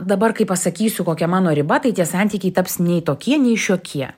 dabar kai pasakysiu kokia mano riba tai tie santykiai taps nei tokie nei šiokie